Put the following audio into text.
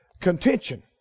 contention